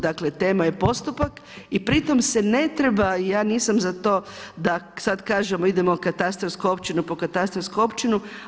Dakle, tema je postupak i pritom se ne treba, ja nisam za to sad kažemo idemo katastarsku općinu po katastarsku općinu.